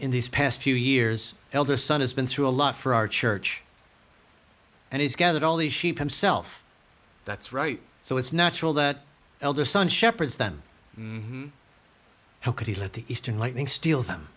in these past few years elder son has been through a lot for our church and he's gathered all the sheep himself that's right so it's natural that elder son shepherds them how could he let the eastern lightning steal them